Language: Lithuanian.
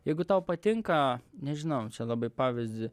jeigu tau patinka nežinau čia labai pavyzdį